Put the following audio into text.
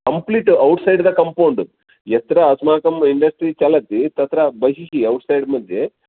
complete out side तः compound यत्र अस्माकम् इन्डस्ट्रि चलति तत्र बहिः औट् सैड्मध्ये